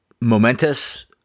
momentous